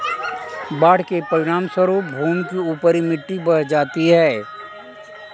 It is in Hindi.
बाढ़ के परिणामस्वरूप भूमि की ऊपरी मिट्टी बह जाती है